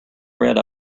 red